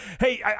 Hey